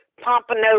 Pompano